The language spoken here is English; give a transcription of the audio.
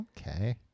Okay